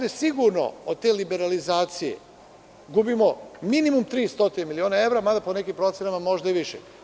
A ovde sigurno od te liberalizacije gubimo minimum 300 miliona evra, mada po nekim procenama možda i više.